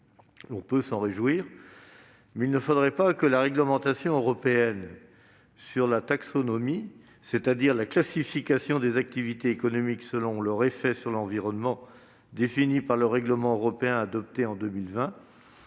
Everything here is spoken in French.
L'on peut s'en réjouir, mais il ne faudrait pas que la réglementation européenne sur la « taxonomie », c'est-à-dire la classification des activités économiques selon leurs effets sur l'environnement définie par le règlement européen adopté en 2020,